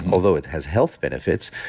although it has health benefits,